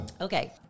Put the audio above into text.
Okay